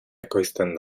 ekoizten